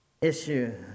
issue